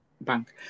bank